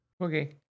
Okay